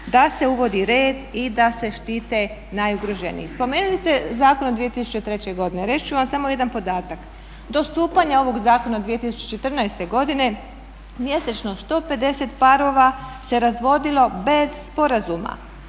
da se uvodi red i da se štite najugroženiji. Spomenuli ste Zakon iz 2003. godine, reći ću vam samo jedan podatak, do stupanja ovog Zakona iz 2014. godine mjesečno 150 parova se razvodilo bez sporazuma,